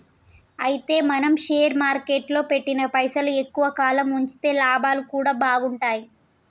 అయితే మనం షేర్ మార్కెట్లో పెట్టిన పైసలు ఎక్కువ కాలం ఉంచితే లాభాలు కూడా బాగుంటాయి